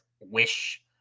wish